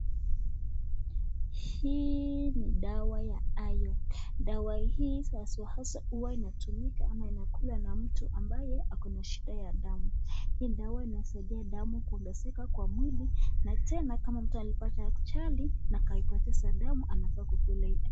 Hii ni dawa ya iron .Dawa hii haswa haswa huwa inatumika ama inakulwa na mtu ambaye ako na shida ya damu. Hii dawa inasaidia damu kuongezeka kwa mwili na tena kama mtu alipata ajali na akaipoteza dama anafaa kukula hii.